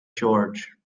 george